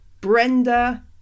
Brenda